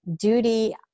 duty